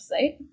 website